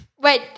Wait